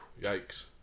Yikes